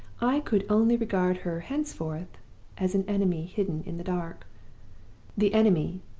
i could only regard her henceforth as an enemy hidden in the dark the enemy,